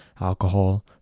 alcohol